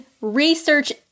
Research